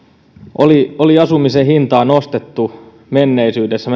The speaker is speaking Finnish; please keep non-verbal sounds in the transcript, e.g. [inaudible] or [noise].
oli oli asumisen hintaa nostettu menneisyydessä [unintelligible]